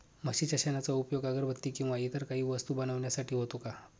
म्हशीच्या शेणाचा उपयोग अगरबत्ती किंवा इतर काही वस्तू बनविण्यासाठी होतो का?